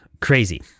crazy